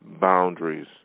boundaries